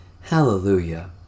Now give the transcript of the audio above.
Hallelujah